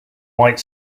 white